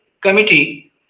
committee